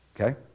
okay